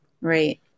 Right